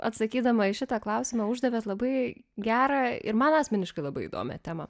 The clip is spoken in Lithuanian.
atsakydama į šitą klausimą uždavėte labai gera ir man asmeniškai labai įdomią temą